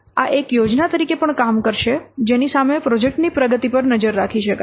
આ એક યોજના તરીકે પણ કામ કરશે જેની સામે પ્રોજેક્ટની પ્રગતિ પર નજર રાખી શકાય